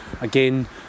again